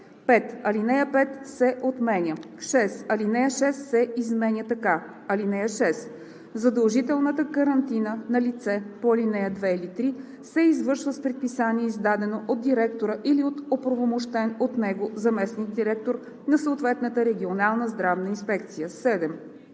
5. Алинея 5 се отменя. 6. Алинея 6 се изменя така: „(6) Задължителната карантина на лице по ал. 2 или 3 се извършва с предписание, издадено от директора или от оправомощен от него заместник-директор на съответната регионална здравна инспекция.“ 7.